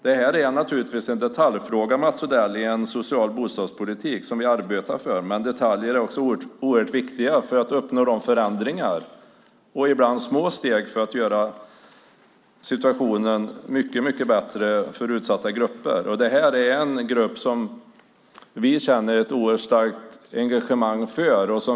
Det är naturligtvis en detaljfråga i en social bostadspolitik som vi arbetar för, men detaljer är oerhört viktiga för att uppnå förändringar och ta små steg för att göra situationen mycket bättre för utsatta grupper. Det här är en grupp som vi känner ett oerhört starkt engagemang för.